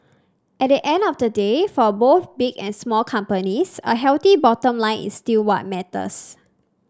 at the end of the day for both big and small companies a healthy bottom line is still what matters